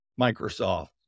Microsoft